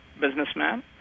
businessman